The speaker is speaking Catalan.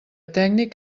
tècnic